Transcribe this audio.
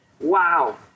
Wow